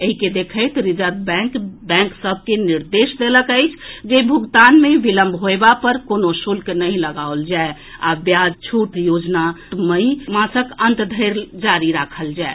एहि के देखैत रिजर्व बैंक बैंक सभ के निर्देश देलक अछि जे भुगतान मे विलंब होएबा पर कोनो शुल्क नहि लगाओल जाए आ ब्याज छूट योजना मई मासक अंत धरि जारी राखल जाए